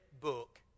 book